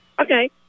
Okay